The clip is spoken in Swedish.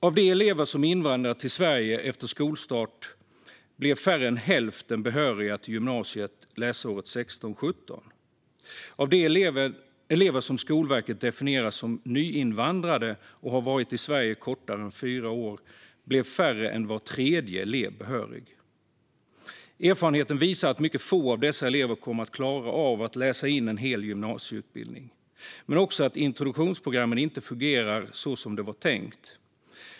Av de elever som invandrat till Sverige efter skolstart blev färre än hälften behöriga till gymnasiet läsåret 2016/17. Av de elever som Skolverket definierar som nyinvandrade och som har varit i Sverige kortare tid än fyra år blev färre än var tredje elev behörig. Erfarenheten visar att mycket få av dessa elever kommer att klara av att läsa in en hel gymnasieutbildning men också att introduktionsprogrammen inte fungerar så som det var tänkt.